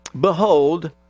Behold